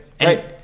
Right